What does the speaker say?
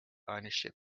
ownership